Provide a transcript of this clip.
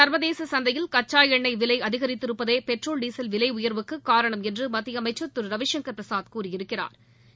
சா்வதேச சந்தையில் கச்சா எண்ணெய் விலை அதிகரித்திருப்பதே பெட்ரோல் டீசல் விலை உயா்வுக்குக் காரணம் என்று மத்திய அமைச்சா் திரு ரவிசங்கா் பிரசாத் கூறியிருக்கிறாா்